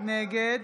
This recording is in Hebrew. נגד